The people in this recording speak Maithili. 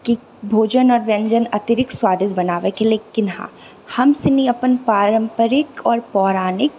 कि भोजन आओर व्यञ्जन अतिरिक्त स्वादिष्ट बनाबयके लेकिन हँ हमसिनी अपन पारम्परिक आओर पौराणिक